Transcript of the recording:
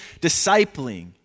discipling